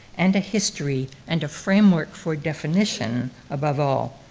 and a history, and a framework for definition, above all.